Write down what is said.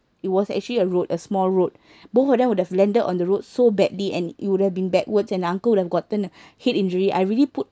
it was actually a road a small road both of them would have landed on the road so badly and it would have been backwards and uncle have gotten head injury I really put